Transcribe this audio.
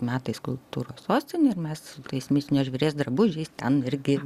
metais kultūros sostinė ir mes su tais mistinio žvėries drabužiais ten irgi